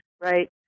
right